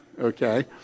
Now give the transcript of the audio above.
okay